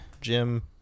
Jim